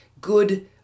good